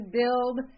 build